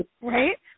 right